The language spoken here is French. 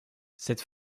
cette